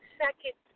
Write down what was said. second